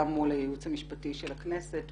גם מול הייעוץ המשפטי של הכנסת.